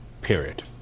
period